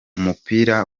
umupira